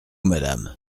madame